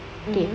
mmhmm